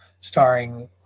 starring